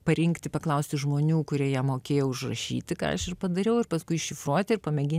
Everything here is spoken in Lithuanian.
parinkti paklausti žmonių kurie mokėjo užrašyti ką aš ir padariau ir paskui iššifruoti ir pamėginti